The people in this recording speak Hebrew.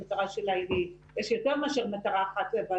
המטרה שלה יש יותר מאשר מטרה אחת אבל